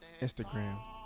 Instagram